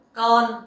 con